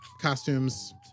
Costumes